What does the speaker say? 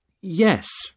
Yes